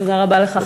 תודה רבה לך,